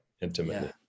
intimately